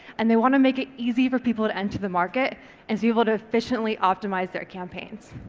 and they want to make it easy for people to enter the market and be able to efficiently optimise their campaigns.